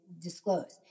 disclosed